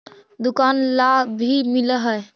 दुकान ला भी मिलहै?